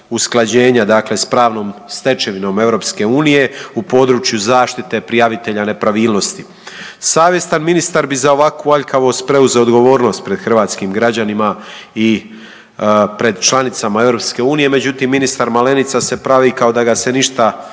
usklađenja, dakle sa pravnom stečevinom EU u području zaštite prijavitelja nepravilnosti. Savjestan ministar bi za ovakvu aljkavost preuzeo odgovornost pred hrvatskim građanima i pred članicama EU, međutim ministar Malenica se pravi kao da ga se ništa